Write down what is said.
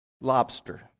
lobster